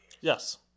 Yes